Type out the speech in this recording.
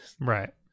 Right